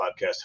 podcast